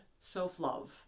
self-love